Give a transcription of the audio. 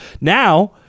Now